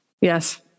Yes